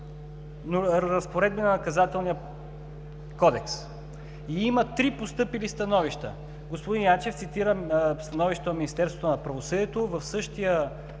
на Наказателния кодекс и има три постъпили становища. Господин Ячев цитира становището на Министерството на правосъдието. В същия